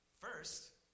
First